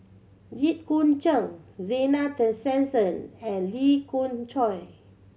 Jit Koon Ch'ng Zena Tessensohn and Lee Khoon Choy